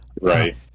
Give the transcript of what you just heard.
Right